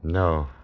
No